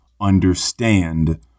understand